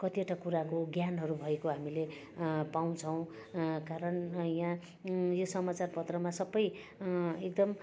कतिवटा कुराको ज्ञानहरू भएको हामीले पाउँछौँ कारण यहाँ यो समाचारपत्रमा सबै एकदम